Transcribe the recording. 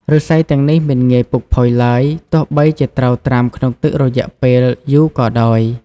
ឫស្សីទាំងនេះមិនងាយពុកផុយឡើយ ទោះបីជាត្រូវត្រាំក្នុងទឹករយៈពេលយូរក៏ដោយ។